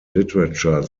literature